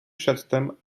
przedtem